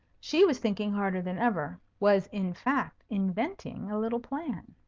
she was thinking harder than ever was, in fact, inventing a little plan.